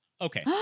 okay